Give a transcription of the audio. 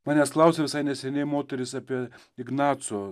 manęs klausė visai neseniai moteris apie ignaco